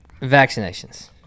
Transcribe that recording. vaccinations